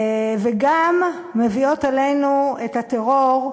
וגם מביאות עלינו את הטרור,